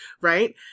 right